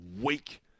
weak